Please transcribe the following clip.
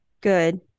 good